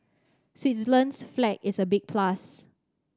Switzerland's flag is a big plus